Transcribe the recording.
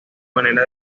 manera